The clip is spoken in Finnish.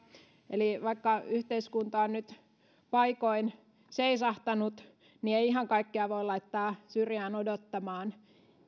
eli vaikka yhteiskunta on nyt paikoin seisahtanut niin ei ihan kaikkea voi laittaa syrjään odottamaan